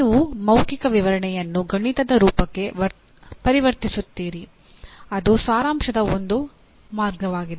ನೀವು ಮೌಖಿಕ ವಿವರಣೆಯನ್ನು ಗಣಿತದ ರೂಪಕ್ಕೆ ಪರಿವರ್ತಿಸುತ್ತೀರಿ ಅದು ಸಾರಾಂಶದ ಒಂದು ಮಾರ್ಗವಾಗಿದೆ